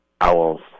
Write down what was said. owls